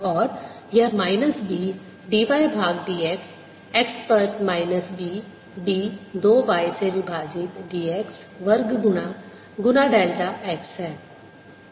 और यह minus B dy भाग dx x पर माइनस B d 2 y से विभाजित dx वर्ग गुणा गुना डेल्टा x है